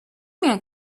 man